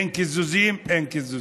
אין קיזוזים, אין קיזוזים.